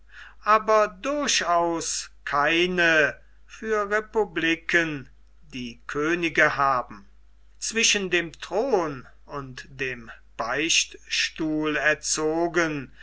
aber durchaus keine für republiken die könige haben zwischen dem thron und dem beichtstuhl erzogen